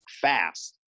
fast